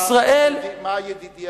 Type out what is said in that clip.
ישראל,